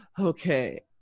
okay